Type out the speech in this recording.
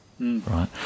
right